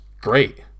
great